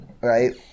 right